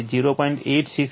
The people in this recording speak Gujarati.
5 j 0